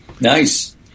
Nice